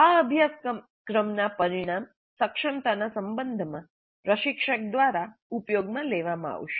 આ અભ્યાસક્રમના પરિણામ સક્ષમતાના સંબંધમાં પ્રશિક્ષક દ્વારા ઉપયોગમાં લેવામાં આવશે